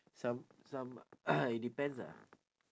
some some it depends ah